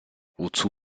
wozu